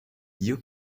you